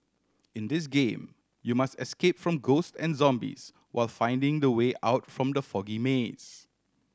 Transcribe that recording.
in this game you must escape from ghost and zombies while finding the way out from the foggy maze